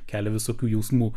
kelia visokių jausmų